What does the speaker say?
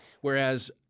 whereas